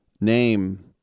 name